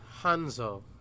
Hanzo